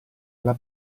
alla